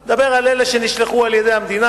אני מדבר על אלה שנשלחו על-ידי המדינה,